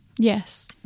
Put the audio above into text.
Yes